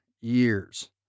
years